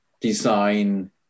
design